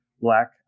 black